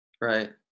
Right